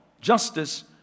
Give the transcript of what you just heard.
justice